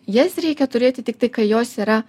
jas reikia turėti tiktai kai jos yra